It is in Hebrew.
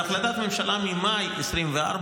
זו החלטת ממשלה ממאי 2024,